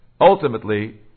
ultimately